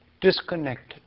disconnected